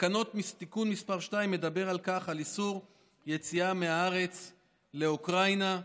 תיקון מס' 2 מדבר על איסור יציאה מהארץ לאוקראינה,